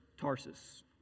Tarsus